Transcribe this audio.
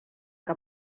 que